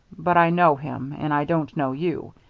but i know him, and i don't know you.